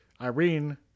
Irene